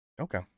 Okay